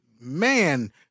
man